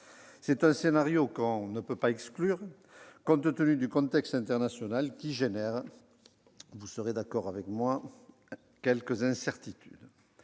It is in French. C'est un scénario qu'on ne peut pas exclure compte tenu du contexte international, qui génère, vous serez d'accord avec moi, quelques incertitudes.